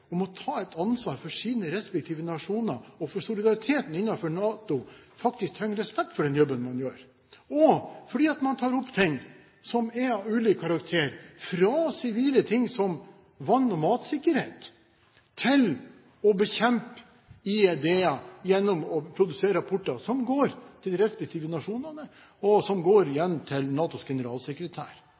om å ta et ansvar for sine respektive nasjoner og for solidariteten innenfor NATO, faktisk trenger respekt for den jobben man gjør, og fordi man tar opp ting som er av ulik karakter, fra sivile ting som vann- og matsikkerhet til å bekjempe IED-er, veibomber, gjennom å produsere rapporter som går til de respektive nasjonene og til NATOs generalsekretær.